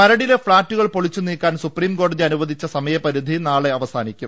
മരടിലെ ഫ്ളാറ്റുകൾ പൊളിച്ചുനീക്കാൻ സുപ്രീം കോടതി അനുവദിച്ച സമയപരിധി നാളെ അവസാനിക്കും